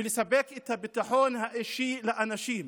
לספק את הביטחון האישי לאנשים.